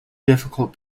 difficult